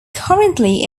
currently